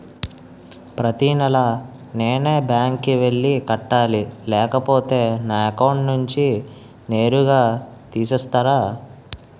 ప్రతి నెల నేనే బ్యాంక్ కి వెళ్లి కట్టాలి లేకపోతే నా అకౌంట్ నుంచి నేరుగా తీసేస్తర?